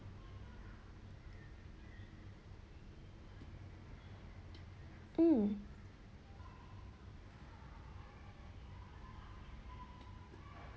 um